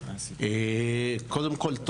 קודם כול,